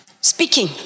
Speaking